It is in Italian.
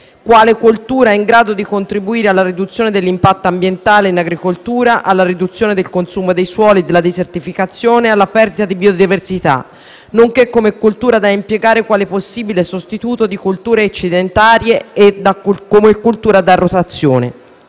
quale coltura in grado di contribuire alla riduzione dell'impatto ambientale in agricoltura, alla riduzione del consumo dei suoli e della desertificazione e alla perdita di biodiversità, nonché come coltura da impiegare quale possibile sostituto di colture eccedentarie e come coltura da rotazione.